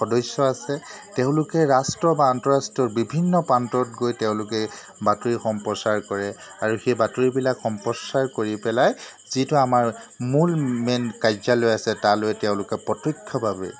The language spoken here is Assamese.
সদস্য আছে তেওঁলোকে ৰাষ্ট্ৰ বা আন্তঃৰাষ্ট্ৰীয়ৰ বিভিন্ন প্ৰান্তত গৈ তেওঁলোকে বাতৰি সম্প্ৰচাৰ কৰে আৰু সেই বাতৰিবিলাক সম্প্ৰচাৰ কৰি পেলাই যিটো আমাৰ মূল মেইন কাৰ্যালয় আছে তালৈ তেওঁলোকে প্ৰত্যক্ষভাৱে